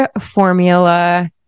formula